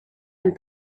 and